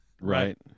right